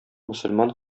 мөселман